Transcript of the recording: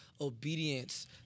obedience